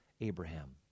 Abraham